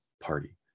party